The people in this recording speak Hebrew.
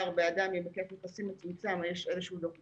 שמדובר באדם עם היקף נכסים מצומצם יש איזשהו דוח תיקון.